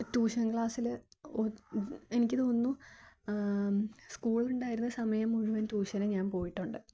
tuition ക്ലാസ്സിൽ ഓ എനിക്ക് തോന്നുന്നു സ്കൂൾ ഉണ്ടായിരുന്ന സമയം മുഴുവൻ ട്യൂഷന് ഞാൻ പോയിട്ടുണ്ട്